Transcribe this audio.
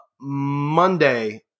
Monday